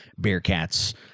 Bearcats